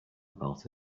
about